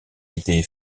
été